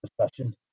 discussion